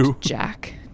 Jack